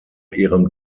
ihrem